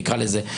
תקרא לזה.